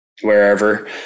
wherever